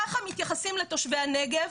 ככה מתייחסים לתושבי הנגב,